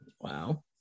Wow